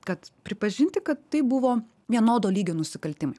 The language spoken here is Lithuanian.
kad pripažinti kad tai buvo vienodo lygio nusikaltimai